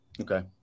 Okay